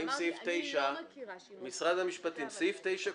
סעיף 9,